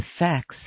effects